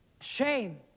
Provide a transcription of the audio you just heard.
Shame